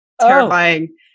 terrifying